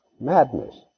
Madness